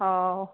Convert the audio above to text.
ହଉ